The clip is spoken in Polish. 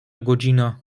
godzina